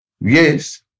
Yes